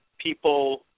people